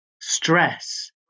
stress